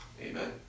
Amen